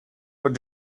what